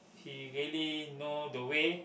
he really know the way